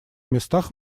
местах